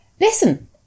Listen